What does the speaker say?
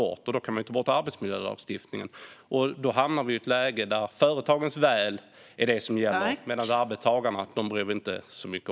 I så fall kan man ju även ta bort arbetsmiljölagstiftningen. Då hamnar vi i ett läge där företagens väl är det som gäller, medan man inte bryr sig om arbetstagarna så mycket.